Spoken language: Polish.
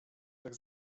tak